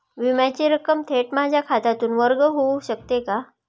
विम्याची रक्कम थेट माझ्या खात्यातून वर्ग होऊ शकते का?